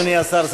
אדוני השר,